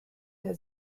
der